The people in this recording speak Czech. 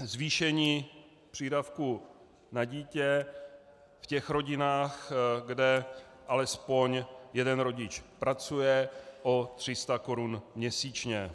zvýšení přídavku na dítě v těch rodinách, kde alespoň jeden rodič pracuje, o 300 korun měsíčně.